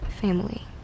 family